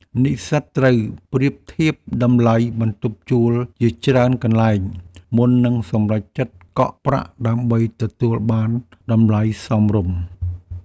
និស្សិតត្រូវប្រៀបធៀបតម្លៃបន្ទប់ជួលជាច្រើនកន្លែងមុននឹងសម្រេចចិត្តកក់ប្រាក់ដើម្បីទទួលបានតម្លៃសមរម្យ។